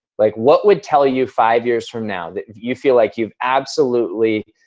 like what would tell you five years from now that you feel like you've absolutely,